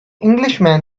englishman